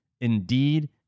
Indeed